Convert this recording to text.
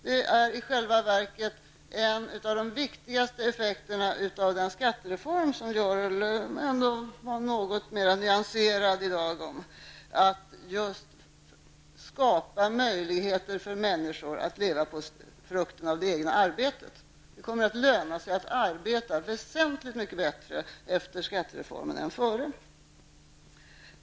Det är i själva verket en av de viktigaste effekterna av den skattereform som Görel Thurdin i dag ändå hade en något mer nyanserad inställning till, dvs. att skapa möjligheter för människor att leva av frukten av det egna arbetet. Efter skattereformen kommer det att löna sig väsentligt mycket bättre att arbeta än före skatte reformen.